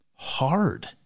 Hard